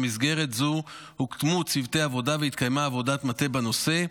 במסגרת זו הוקמו צוותי עבודה והתקיימה עבודת מטה בנושא.